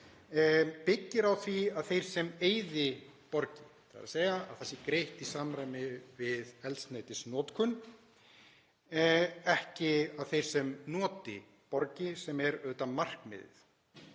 byggist á því að þeir sem eyði borgi, þ.e. að það sé greitt í samræmi við eldsneytisnotkun en ekki að þeir sem noti borgi, sem er auðvitað markmiðið.